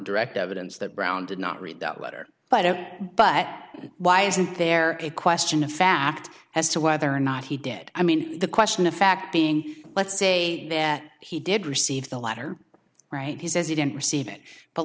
direct evidence that brown did not read that letter but at but why isn't there a question of fact as to whether or not he did i mean the question of fact being let's say there he did receive the letter right he says he didn't receive it but